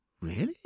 Really